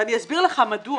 אני אסביר לך מדוע.